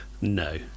no